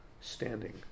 standing